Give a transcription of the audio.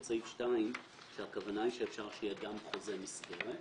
סעיף 2 שהכוונה היא שאפשר שיהיה גם חוזה מסגרת,